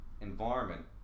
environment